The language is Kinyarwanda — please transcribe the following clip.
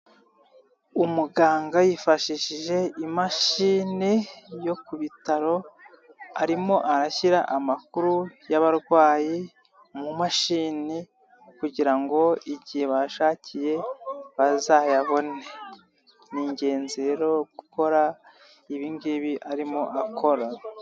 Umuganga yifashishije imashini yo ku bitaro arimo arashyira amakuru y'abarwayi mu mashini kugira ngo igihe bashakiye bazayabone, ni ingenzi rero gukora ibi ngibi arimo akora.